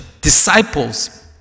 disciples